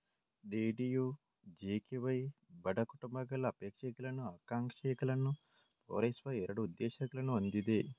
DDUJKY ಬಡ ಕುಟುಂಬಗಳ ಅಪೇಕ್ಷಗಳನ್ನು, ಆಕಾಂಕ್ಷೆಗಳನ್ನು ಪೂರೈಸುವ ಎರಡು ಉದ್ದೇಶಗಳನ್ನು ಹೊಂದಿದೆ